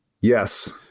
Yes